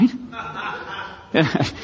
Right